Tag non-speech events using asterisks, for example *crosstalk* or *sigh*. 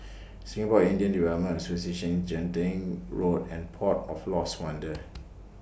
Singapore Indian Development Association Genting Road and Port of Lost Wonder *noise*